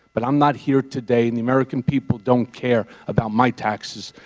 but i'm not here today and the american people don't care about my taxes.